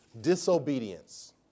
disobedience